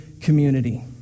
community